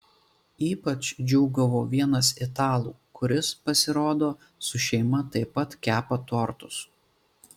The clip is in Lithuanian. ypač džiūgavo vienas italų kuris pasirodo su šeima taip pat kepa tortus